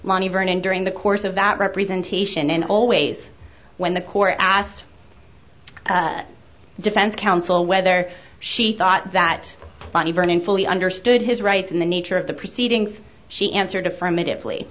lonnie vernon during the course of that representation and always when the court asked defense counsel whether she thought that funny vernon fully understood his rights and the nature of the proceedings she answered affirmative